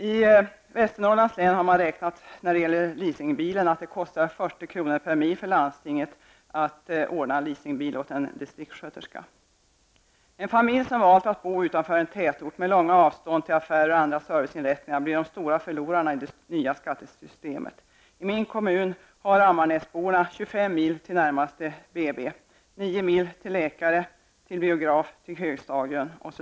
I Västernorrlands län har man räknat ut att det kostar 40 kr. per mil för landstinget att ordna en leasingbil för en distriktssköterska. Familjer som valt att bo utanför tätorten och har långa avstånd till affärer och andra serviceinrättningar blir de stora förlorarna med det nya skattesystemet. I min kommun har Ammarnäsborna 25 mil till närmaste BB och 9 mil till läkare, biograf och högstadium.